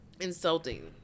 insulting